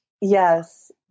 Yes